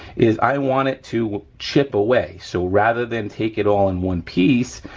is i want it to chip away, so rather than take it all in one piece,